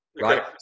right